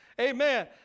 Amen